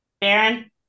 Baron